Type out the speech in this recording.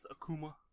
Akuma